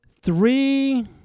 Three